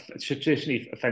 traditionally